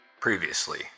Previously